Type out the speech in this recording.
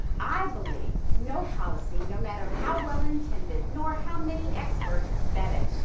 i believe no policy, no matter how well intended nor how many experts vetted,